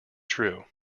true